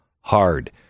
hard